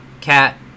Cat